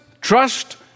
trust